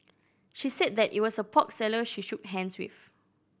she said that it was a pork seller she shook hands with